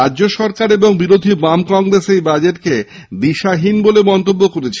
রাজ্য সরকার ও বিরোধী বাম কংগ্রেস এই বাজেটকে দিশাহীন বলে মন্তব্য করেছে